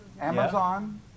Amazon